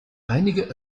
einige